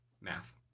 Math